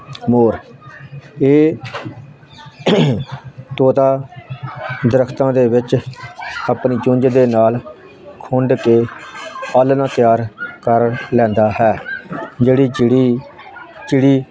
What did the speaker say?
ਮੋਰ ਇਹ ਤੋਤਾ ਦਰਖਤਾਂ ਦੇ ਵਿੱਚ ਆਪਣੀ ਚੁੰਝ ਦੇ ਨਾਲ ਖੁੰਡ ਕੇ ਆਲ੍ਹਣਾ ਤਿਆਰ ਕਰ ਲੈਂਦਾ ਹੈ ਜਿਹੜੀ ਚਿੜੀ ਚਿੜੀ